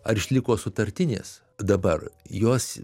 ar išliko sutartinės dabar jos